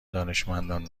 دانشمندان